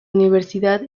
universidad